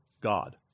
God